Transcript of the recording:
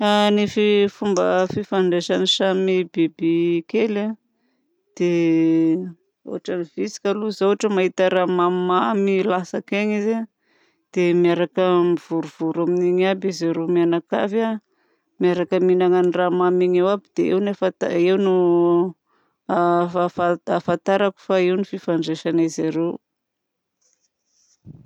Ny fomba fifandraisan'ny samy bibikely ohatran'ny vitsika aloha zao rehefa mahita raha mamimamy latsaka eny izy dia miaraka mivorivory amin'iny aby izy reo mianankavy a miaraka mihinana ny raha mamy igny aby dia eo no ahafantarako fa eo no fifandraisan'izy ireo.